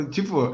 Tipo